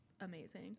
amazing